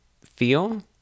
feel